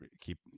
keep